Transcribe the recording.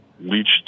leached